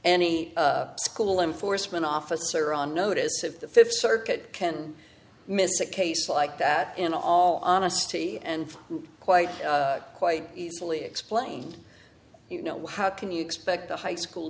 any school enforcement officer on notice if the th circuit can miss a case like that in all honesty and quite quite easily explained you know how can you expect a high school